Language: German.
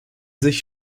sich